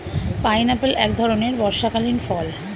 pineapple এক ধরণের বর্ষাকালীন ফল